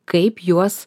kaip juos